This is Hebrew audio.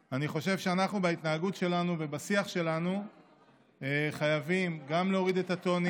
אני חושב שאנחנו בהתנהגות שלנו ובשיח שלנו חייבים גם להוריד את הטונים.